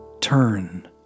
turn